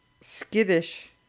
skittish